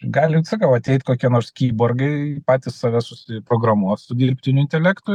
gali sakau ateit kokie nors kiborgai patys save susiprogramuos su dirbtiniu intelektu